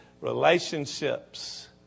relationships